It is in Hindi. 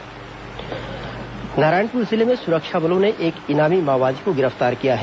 माओवादी गिरफ्तार नारायणपुर जिले में सुरक्षा बलों ने एक इनामी माओवादी को गिरफ्तार किया है